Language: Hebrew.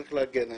וצריך להגן עליה.